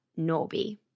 Norby